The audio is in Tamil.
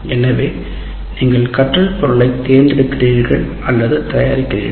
எனவே நீங்கள் கற்றல் பொருளைத் தேர்ந்தெடுக்கிறீர்கள் அல்லது தயாரிக்கிறீர்கள்